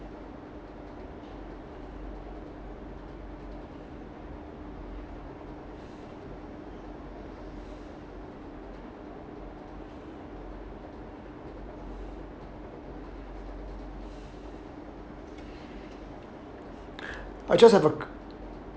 I just have a q~